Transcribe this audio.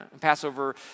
Passover